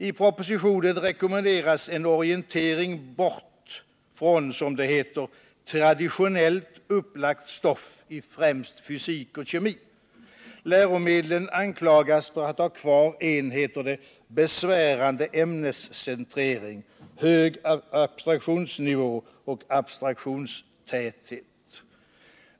I propositionen rekommenderas en orientering bort från, som det heter, traditionellt upplagt stoff i främst fysik och kemi. Läromedlen anklagas för att ha kvar en besvärande ämnescentrering, hög abstraktionsnivå och abstraktionstäthet.